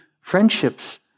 friendships